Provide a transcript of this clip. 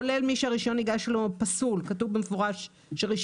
כולל מי שרשיון הנהיגה שלו פסול כתוב במפורש שרשיון